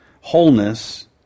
Wholeness